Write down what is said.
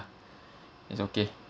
it's okay